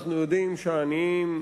אנחנו יודעים שהעניים,